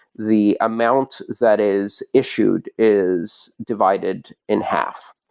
the amount that is issued is divided in half.